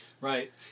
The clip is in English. Right